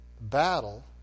battle